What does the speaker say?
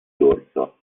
dorso